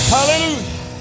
Hallelujah